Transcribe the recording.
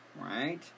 right